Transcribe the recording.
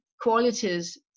qualities